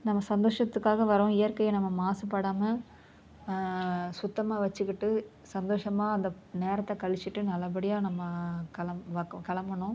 நம்ம சந்தோஷத்துக்காக வரோம் இயற்கையை நம்ம மாசுபடாமல் சுத்தமாக வச்சுக்கிட்டு சந்தோஷமாக அந்த நேரத்தை கழிச்சிட்டு நல்ல படியாக நம்ம கெளம் வ கிளம்பணும்